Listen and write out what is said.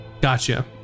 Gotcha